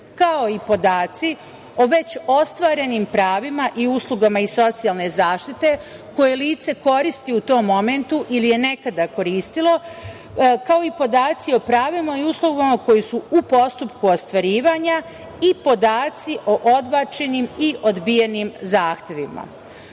kao i podaci o već ostvarenim pravima i uslugama iz socijalne zaštite koje lice koristi u tom momentu ili je nekada koristilo, kao i podacima o pravima u uslugama koje su u postupku ostvarivanja i podaci o odbačenim i odbijenim zahtevima..U